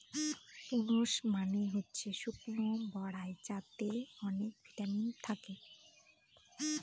prunes মানে হচ্ছে শুকনো বরাই যাতে অনেক ভিটামিন থাকে